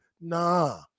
Nah